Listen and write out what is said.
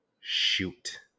shoot